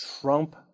Trump